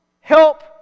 help